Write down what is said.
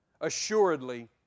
Assuredly